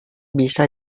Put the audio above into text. bisa